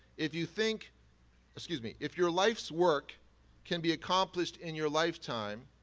if you think excuse me if your life's work can be accomplished in your lifetime,